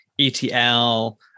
ETL